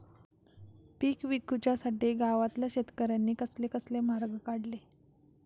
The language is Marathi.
पीक विकुच्यासाठी गावातल्या शेतकऱ्यांनी कसले कसले मार्ग काढले?